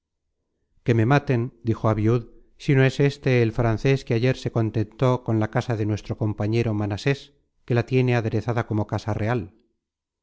que me maten dijo abiud si no es éste el frances que ayer se contentó con la casa de nuestro compañero manasés que la tiene aderezada como casa real